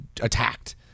attacked